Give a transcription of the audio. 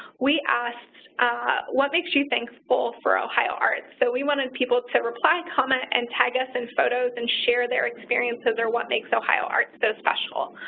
we asked what makes you thankful for ohio arts? so we wanted people to reply, comment, and tag us in photos and share their experiences or what makes ohio arts so special.